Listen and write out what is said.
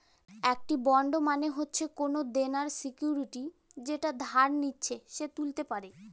একটি বন্ড মানে হচ্ছে কোনো দেনার সিকুইরিটি যেটা যে ধার নিচ্ছে সে তুলতে পারে